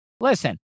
listen